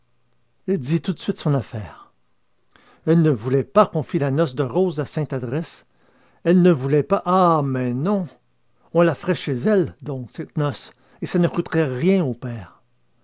dit tout de suite son affaire elle ne voulait pas qu'on fît la noce de rose à sainte adresse elle ne voulait pas ah mais non on la ferait chez elle donc cette noce et ça ne coûterait rien au père